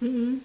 mm